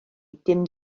dim